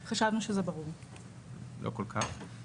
כן, חשבנו שזה ברור לא כל כך.